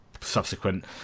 subsequent